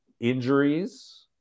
Injuries